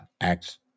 Acts